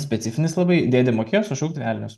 specifinis labai dėdė mokėjo suašukt velnius